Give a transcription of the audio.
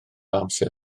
amser